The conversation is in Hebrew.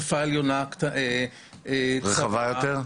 השפה עליונה רחבה יותר,